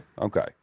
Okay